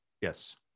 Yes